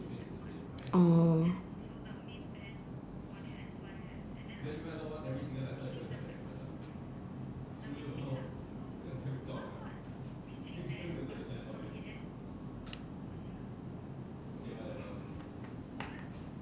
oh